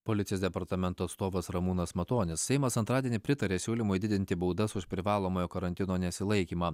policijos departamento atstovas ramūnas matonis seimas antradienį pritarė siūlymui didinti baudas už privalomojo karantino nesilaikymą